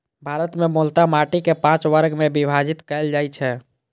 भारत मे मूलतः माटि कें पांच वर्ग मे विभाजित कैल जाइ छै